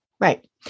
Right